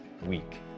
week